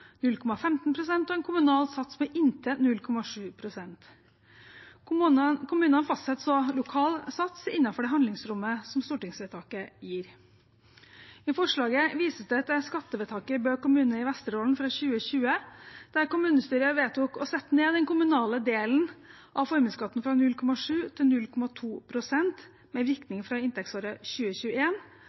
pst. og en kommunal sats på inntil 0,7 pst. Kommunene fastsetter så en lokal sats innenfor det handlingsrommet som stortingsvedtaket gir. I forslaget vises det til skattevedtaket i Bø kommune i Vesterålen fra 2020, der kommunestyret vedtok å sette ned den kommunale delen av formuesskatten fra 0,7 pst. til 0,2 pst. med virkning fra inntektsåret